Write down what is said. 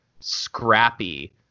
scrappy